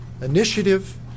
initiative